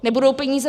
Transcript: Nebudou peníze.